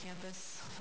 campus